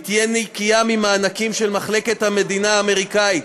היא תהיה נקייה ממענקים של מחלקת המדינה האמריקנית,